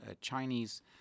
Chinese